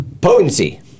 Potency